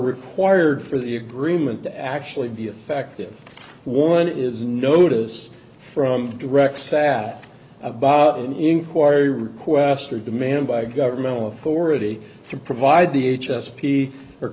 required for the agreement to actually be effective one is notice from direct sad about an inquiry request or demand by a governmental authority to provide the h s p or